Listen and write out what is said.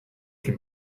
can